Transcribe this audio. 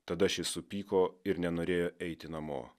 tada šis supyko ir nenorėjo eiti namo